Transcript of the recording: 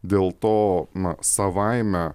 dėl to na savaime